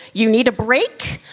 you need a break.